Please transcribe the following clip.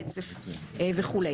הרצף וכו'.